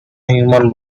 human